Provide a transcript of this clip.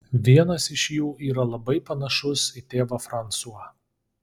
vienas iš jų yra labai panašus į tėvą fransuą